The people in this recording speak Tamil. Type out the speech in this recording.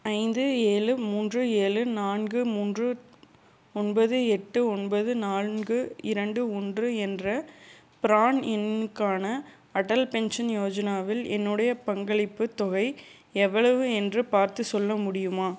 ஐந்து ஏழு மூன்று ஏழு நான்கு மூன்று ஒன்பது எட்டு ஒன்பது நான்கு இரண்டு ஒன்று என்ற ப்ரான் எண்ணுக்கான அடல் பென்ஷன் யோஜனாவில் என்னுடைய பங்களிப்புத் தொகை எவ்வளவு என்று பார்த்துச் சொல்ல முடியுமா